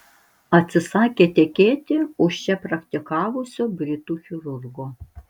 atsisakė tekėti už čia praktikavusio britų chirurgo